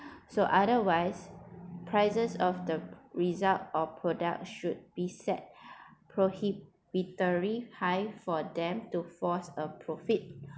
so otherwise prices of the result or products should be set prohibitory high for them to force a profit